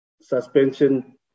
suspension